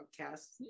podcast